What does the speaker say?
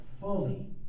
fully